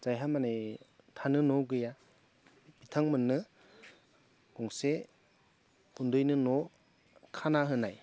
जायहा माने थानो न' गैया बिथांमोननो गंसे उन्दैनो न' खाना होनाय